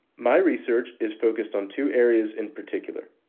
my research is focused on two areas in particular.